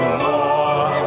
more